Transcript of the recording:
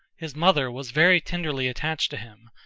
his mother was very tenderly attached to him,